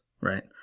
right